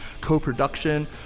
co-production